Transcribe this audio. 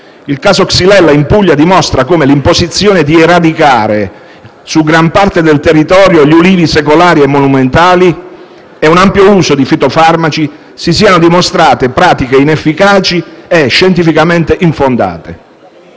Il caso xylella in Puglia dimostra come l'imposizione di eradicare su gran parte del territorio gli ulivi secolari e monumentali e un ampio uso di fitofarmaci si siano dimostrati pratiche inefficaci e scientificamente infondate,